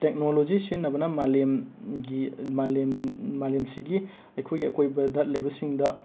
technology ꯁꯤꯖꯤꯟꯅꯕꯅ ꯃꯥꯂꯦꯝꯒꯤ ꯃꯥꯂꯦꯝ ꯃꯥꯂꯦꯝꯁꯤꯒꯤ ꯑꯩꯈꯣꯏꯒꯤ ꯑꯀꯣꯏꯕꯗ ꯂꯩꯕꯁꯤꯡꯗ